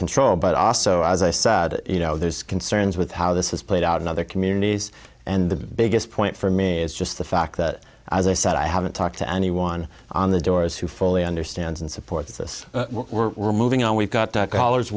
control but also as i say you know there's concerns with how this is played out in other communities and the biggest point for me is just the fact that as i said i haven't talked to anyone on the doors who fully understands and supports this we're removing all we've got callers